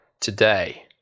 today